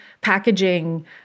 packaging